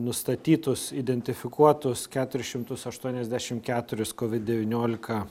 nustatytus identifikuotus keturis šimtus aštuoniasdešim keturis kovid devyniolika